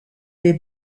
des